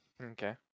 Okay